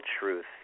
truth